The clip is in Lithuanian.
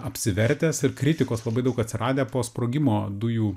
apsivertęs ir kritikos labai daug atsiradę po sprogimo dujų